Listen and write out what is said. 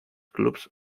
clubes